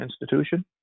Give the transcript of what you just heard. institution